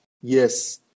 Yes